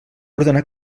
ordenar